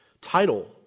title